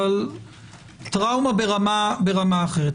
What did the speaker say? אבל טראומה ברמה אחרת.